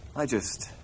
i just